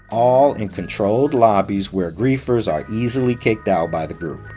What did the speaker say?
all in controlled lobbies where griefers are easily kicked out by the group.